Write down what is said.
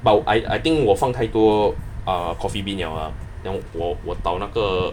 but I I think 我放太多 err coffee bean liao ah then 我我倒那个